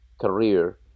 career